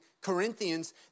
Corinthians